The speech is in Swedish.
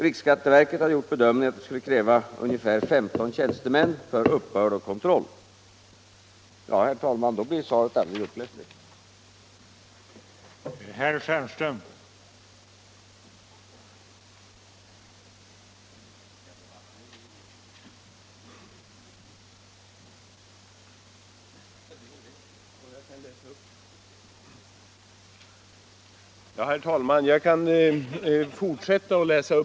Riksskatteverket har gjort bedömningen att det skulle kräva ca 15 tjänstemän för uppbörd och kontroll. Härutöver tillkommer de kostnader som företagen åsamkas. Ett system för prisutjämning kräver sålunda ganska stora administrationskostnader. Under hösten 1975 remissbehandlades SPK:s förslag. Remissbehandlingen gav vid handen att det föreslagna systemet skulle medföra sådana komplikationer att ytterligare överväganden och utredningsarbete erfordras.